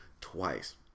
twice